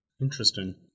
Interesting